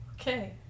Okay